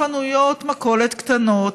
לחנויות מכולת קטנות,